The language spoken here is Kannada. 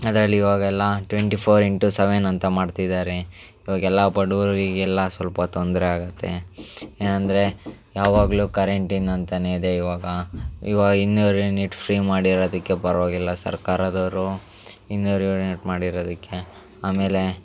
ಅದ್ರಲ್ಲಿ ಇವಾಗೆಲ್ಲ ಟ್ವೆಂಟಿ ಫೋರ್ ಇಂಟು ಸವೆನ್ ಅಂತ ಮಾಡ್ತಿದ್ದಾರೆ ಇವಾಗೆಲ್ಲ ಬಡವ್ರಿಗೆಲ್ಲ ಸ್ವಲ್ಪ ತೊಂದರೆ ಆಗುತ್ತೆ ಏನಂದರೆ ಯಾವಾಗಲೂ ಕರೆಂಟ್ ಇನ್ನು ಅಂತಾನೇ ಇದೆ ಇವಾಗ ಇವಾಗ ಇನ್ನೂರು ಯೂನಿಟ್ ಫ್ರೀ ಮಾಡಿರೋದಕ್ಕೆ ಪರವಾಗಿಲ್ಲ ಸರ್ಕಾರದವರು ಇನ್ನೂರು ಯೂನಿಟ್ ಮಾಡಿರೋದಕ್ಕೆ ಆಮೇಲೆ